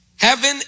heaven